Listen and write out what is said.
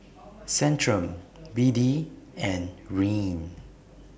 Centrum B D and Rene